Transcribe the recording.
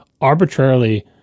arbitrarily